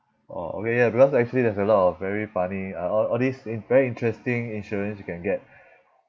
orh okay ya because actually there's a lot of very funny uh all all this in~ very interesting insurance you can get